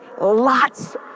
lots